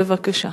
בבקשה.